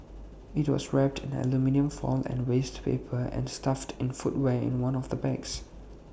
IT was wrapped aluminium foil and waste paper and stuffed in footwear in one of the bags